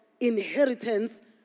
inheritance